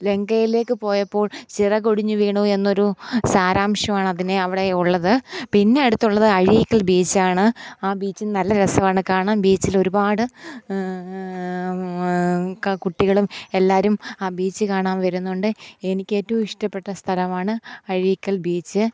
ലങ്കയിലേക്കു പോയപ്പോൾ ചിറകൊടിഞ്ഞു വീണു എന്നൊരു സാരാംശമാണ് അതിനെ അവിടെ ഉള്ളത് പിന്നെ അടുത്തുള്ളത് അഴീക്കൽ ബീച്ചാണ് ആ ബീച്ചിന് നല്ല രസമാണ് കാണാൻ ബീച്ചിലൊരുപാട് കുട്ടികളും എല്ലാവരും ആ ബീച്ച് കാണാൻ വരുന്നുണ്ട് എനിക്കേറ്റവും ഇഷ്ടപ്പെട്ട സ്ഥലമാണ് അഴീക്കൽ ബീച്ച്